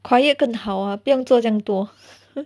quiet 更好啊不用做这样多